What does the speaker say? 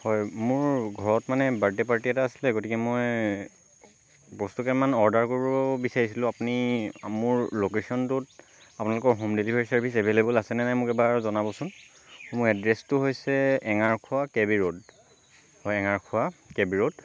হয় মোৰ ঘৰত মানে বাৰ্থদে পাৰ্টি এটা আছিলে গতিকে মই বস্তু কেইটামান অৰ্দাৰ কৰিব বিচাৰিছিলোঁ আপুনি মোৰ লোকেচনটোত আপোনালোকৰ হোম ডেলিভাৰী চাৰ্ভিচ এভেলেবোল আছেনে নাই মোক এবাৰ জনাবচোন মোৰ এড্ৰেচটো হৈছে এঙাৰখোৱা কে বি ৰোড হয় এঙাৰখোৱা কে বি ৰোড